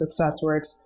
SuccessWorks